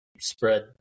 spread